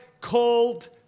called